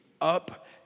up